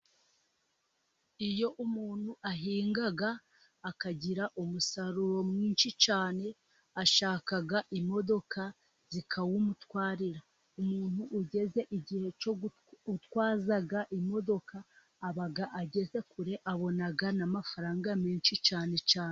Iyo umuntu ahinga akagira umusaruro mwinshi cyane, ashaka imodoka zikawumutwarira. Umuntu ugeze igihe cyo gutwaza imodoka, aba ageze kure . Abona amafaranga menshi cyane.